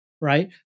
right